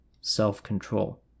self-control